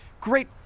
great